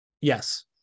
Yes